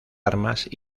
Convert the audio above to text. armas